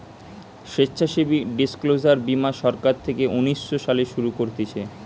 স্বেচ্ছাসেবী ডিসক্লোজার বীমা সরকার থেকে উনিশ শো সালে শুরু করতিছে